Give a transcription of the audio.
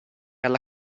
alla